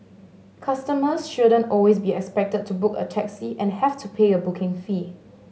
customers shouldn't always be expected to book a taxi and have to pay a booking fee